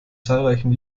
zahlreichen